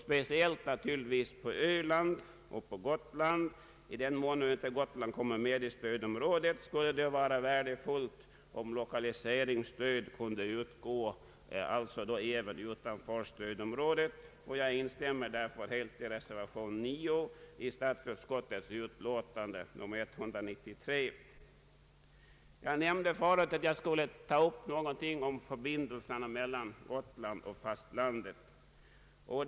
Speciellt på öland och Gotland — i den mån Gotland inte kommer med i stödområdet — skulle det vara värdefullt om lokaliseringsstöd kunde utgå även utanför stödområdet. Jag instämmer därför i reservation 9 i statsutskottets utlåtande nr 103. Jag nämnde förut att jag skulle ta upp frågan om förbindelserna mellan Gotland och fastlandet.